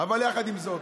אבל יחד עם זאת,